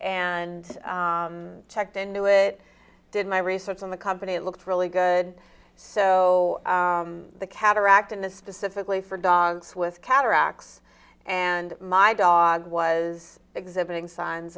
and checked into it did my research on the company it looked really good so the cataract in the specifically for dogs with cataracts and my dog was exhibiting signs